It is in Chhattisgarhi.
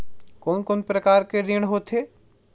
कोन कोन प्रकार के ऋण होथे?